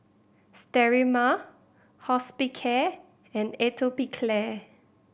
Sterimar Hospicare and Atopiclair